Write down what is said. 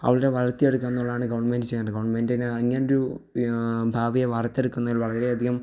അവരുടെ വളര്ത്തിയെടുക്കുക എന്നുള്ളതാണ് ഗവൺമെന്റ് ചെയ്യെണ്ടത് ഗവൺമെന്റിന് ഇങ്ങനൊരു ഭാവിയെ വാര്ത്തെടുക്കുന്നതിൽ വളരേയധികം